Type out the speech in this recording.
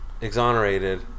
exonerated